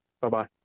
Bye-bye